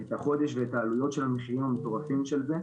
את החודש ואת העלויות של המחירים המטורפים של זה.